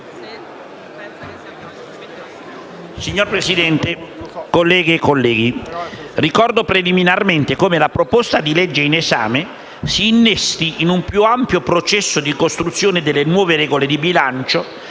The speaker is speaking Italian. Signor Presidente, colleghe e colleghi, ricordo preliminarmente come la proposta di legge in esame si innesti in un più ampio processo di costruzione delle nuove regole di bilancio